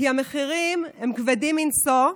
כי המחירים הם כבדים מנשוא,